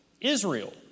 Israel